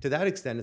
to that extent it's